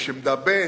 יש עמדה ב',